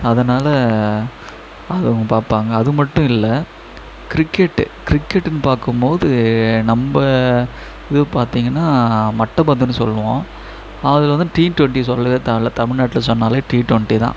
அதனால் அதுவும் பார்ப்பாங்க அது மட்டும் இல்லை கிரிக்கெட்டு கிரிக்கெட்டுன்னு பார்க்கும்போது நம்ம இது பார்த்தீங்கன்னா மட்டைப்பந்துன்னு சொல்வோம் அது வந்து டி டுவென்ட்டி சொல்ல தேவயில்ல தமிழ்நாட்டில் சொன்னாலே டி டுவென்ட்டி தான்